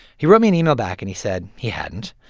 he wrote me an email back, and he said he hadn't.